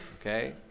okay